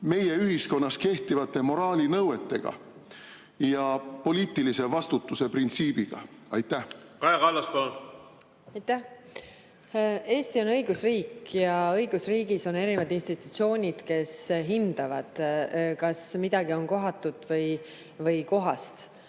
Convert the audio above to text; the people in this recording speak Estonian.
meie ühiskonnas kehtivate moraalinõuetega ja poliitilise vastutuse printsiibiga? Kaja Kallas, palun! Kaja Kallas, palun! Aitäh! Eesti on õigusriik ja õigusriigis on erinevad institutsioonid, kes hindavad, kas miski on kohatu või kohane.